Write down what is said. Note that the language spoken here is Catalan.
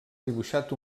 dibuixat